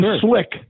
slick